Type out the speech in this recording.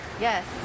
yes